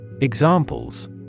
Examples